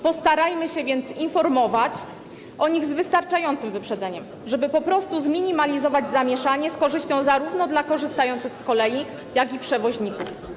Postarajmy się więc informować o nich z wystarczającym wyprzedzeniem, żeby po prostu zminimalizować zamieszanie z korzyścią zarówno dla korzystających z kolei, jak i przewoźników.